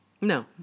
No